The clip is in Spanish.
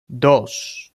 dos